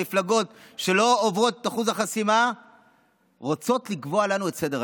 מפלגות שלא עוברות את אחוז החסימה רוצות לקבוע לנו את סדר-היום.